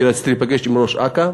כי רציתי להיפגש עם ראש אכ"א,